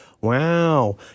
wow